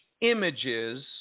images